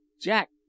Jack